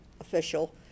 official